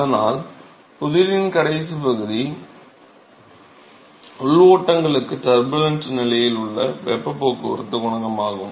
அதனால் புதிரின் கடைசிப் பகுதி உள் ஓட்டங்களுக்கு ட்ர்புலன்ட் நிலையில் உள்ள வெப்பப் போக்குவரத்துக் குணகம் ஆகும்